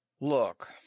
Look